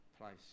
place